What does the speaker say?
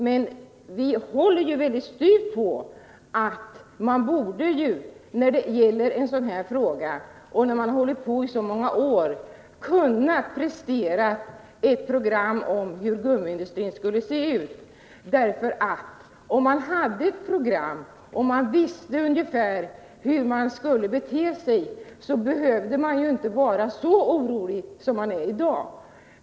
Men vi tycker att man efter så många år skulle kunna prestera ett program för hur gummiindustrin skall se ut. Om man haft ett program visste man hur man skulle bete sig och behövde inte vara så orolig som man är i dag.